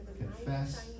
confess